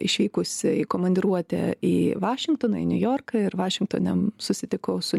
išvykusi į komandiruotę į vašingtoną į niujorką ir vašingtone susitikau su